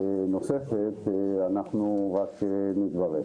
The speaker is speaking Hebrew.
אנחנו רק נתברך.